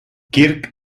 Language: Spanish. kirk